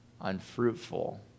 unfruitful